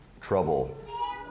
trouble